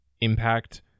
impact